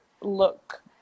look